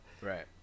right